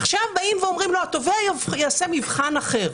עכשיו באים ואומרים: התובע יעשה מבחן אחר,